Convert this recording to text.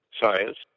science